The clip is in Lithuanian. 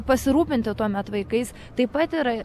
pasirūpinti tuomet vaikais taip pat yra